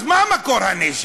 אז מה מקור הנשק?